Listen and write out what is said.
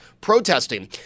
protesting